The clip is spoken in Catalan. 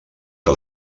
que